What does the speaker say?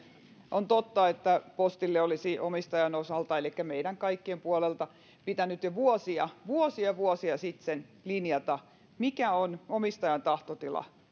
on totta että postille olisi omistajan osalta elikkä meidän kaikkien puolelta pitänyt jo vuosia vuosia vuosia sitten linjata mikä on omistajan tahtotila